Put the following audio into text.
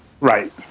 Right